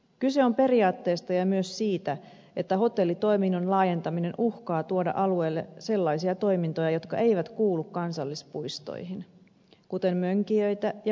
kyse on periaatteesta ja myös siitä että hotellitoiminnan laajentaminen uhkaa tuoda alueelle sellaisia toimintoja jotka eivät kuulu kansallispuistoihin kuten mönkijöitä ja maisemahissin